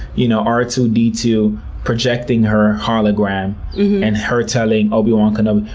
you know, r two d two projecting her hologram and her telling obi-wan kenobi,